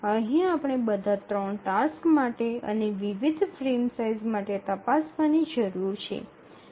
અહીં આપણે બધા ૩ ટાસક્સ માટે અને વિવિધ ફ્રેમ સાઇઝ માટે તપાસવાની જરૂર છે